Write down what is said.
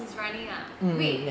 he's running ah wait